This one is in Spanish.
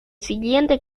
siguiente